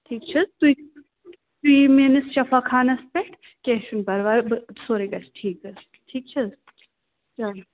ٹھیٖک چھا تُہۍ یِیِو میٛٲنِس شفا خانَس پٮ۪ٹھ کیٚنٛہہ چھُ نہٕ پرواے بہٕ سورُے گَژھِ ٹھیٖک حظ ٹھیٖک چھا حظ چلو